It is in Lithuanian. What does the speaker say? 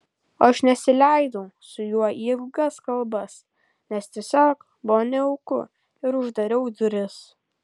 aš nesileidau su juo į ilgas kalbas nes tiesiog buvo nejauku ir uždariau duris